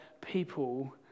people